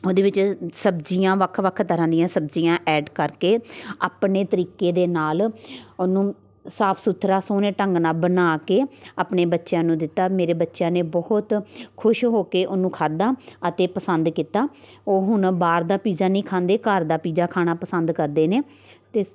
ਉਹਦੇ ਵਿੱਚ ਸਬਜ਼ੀਆਂ ਵੱਖ ਵੱਖ ਤਰ੍ਹਾਂ ਦੀਆਂ ਸਬਜ਼ੀਆਂ ਐਡ ਕਰਕੇ ਆਪਣੇ ਤਰੀਕੇ ਦੇ ਨਾਲ ਉਹਨੂੰ ਸਾਫ਼ ਸੁਥਰਾ ਸੋਹਣੇ ਢੰਗ ਨਾਲ ਬਣਾ ਕੇ ਆਪਣੇ ਬੱਚਿਆਂ ਨੂੰ ਦਿੱਤਾ ਮੇਰੇ ਬੱਚਿਆਂ ਨੇ ਬਹੁਤ ਖੁਸ਼ ਹੋ ਕੇ ਉਹਨੂੰ ਖਾਧਾ ਅਤੇ ਪਸੰਦ ਕੀਤਾ ਉਹ ਹੁਣ ਬਾਹਰ ਦਾ ਪੀਜ਼ਾ ਨਹੀਂ ਖਾਂਦੇ ਘਰ ਦਾ ਪੀਜ਼ਾ ਖਾਣਾ ਪਸੰਦ ਕਰਦੇ ਨੇ ਅਤੇ